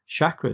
chakras